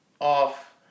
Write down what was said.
off